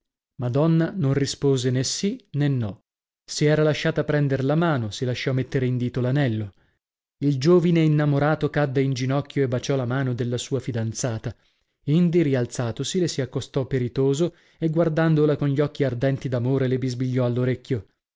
madonna non rispose nè sì nè no si era lasciata prender la mano si lasciò mettere in dito l'anello il giovine innamorato cadde in ginocchio e baciò la mano della sua fidanzata indi rialzatosi le si accostò peritoso o guardandola con occhi ardenti d'amore le bisbigliò all'orecchio